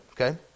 okay